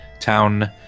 town